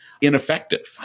ineffective